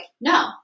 no